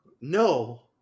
No